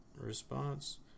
Response